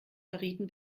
verrieten